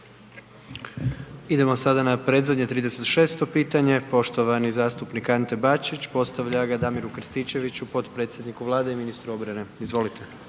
Idemo sada na predzadnje 36. pitanje, poštovani zastupnik Ante Bačić postavlja ga Damiru Krstičeviću potpredsjedniku Vlade i ministru obrane. Izvolite.